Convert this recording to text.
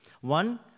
One